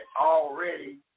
already